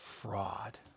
Fraud